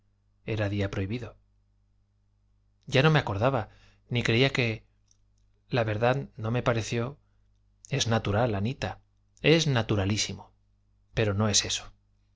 era día prohibido ya no me acordaba ni creía que la verdad no me pareció es natural anita es naturalísimo pero no es eso